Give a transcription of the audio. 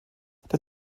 der